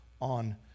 on